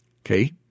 Okay